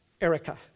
Erica